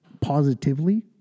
positively